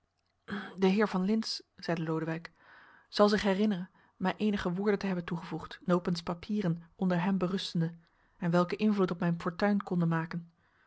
de heer van lintz zeide lodewijk zal zich herinneren mij eenige woorden te hebben toegevoegd nopens papieren onder hem berustende en welke invloed op mijn fortuin konden maken